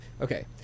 Okay